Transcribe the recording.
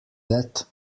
that